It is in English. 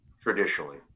traditionally